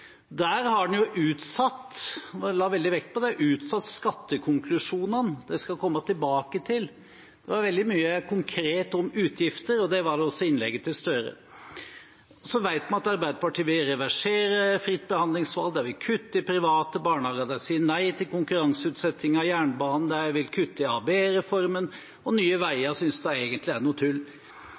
Der har han jo utsatt – han la veldig vekt på det – skattekonklusjonene, dette skal man komme tilbake til. Det var veldig mye konkret om utgifter, det var det også i innlegget til Gahr Støre. Vi vet at Arbeiderpartiet vil reversere fritt behandlingsvalg, de vil kutte i private barnehager, de sier nei til konkurranseutsetting av jernbanen, de vil kutte i ABE-reformen, og Nye Veier synes de egentlig er noe tull.